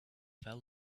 fell